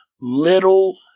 little